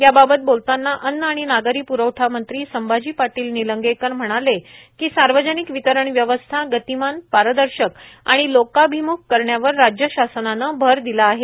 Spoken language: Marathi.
याबाबत बोलताना अन्न आणि नागरी प्रवठा मंत्री संभाजी पाटील निलंगेकर म्हणाले सार्वजनिक वितरण व्यवस्था गतिमान पारदर्शक आणि लोकाभिमुख करण्यावर राज्य शासनाने भर दिला आहे